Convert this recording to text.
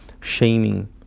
shaming